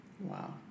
Wow